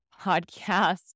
podcast